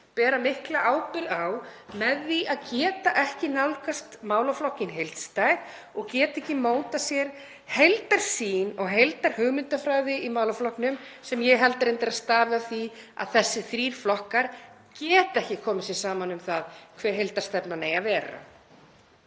bera mikla ábyrgð á með því að geta ekki nálgast málaflokkinn heildstætt og geta ekki mótað sér heildarsýn og heildarhugmyndafræði í málaflokknum, sem ég held reyndar að stafi af því að þessir þrír flokkar geta ekki komið sér saman um það hver heildarstefnan eigi að vera.